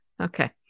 Okay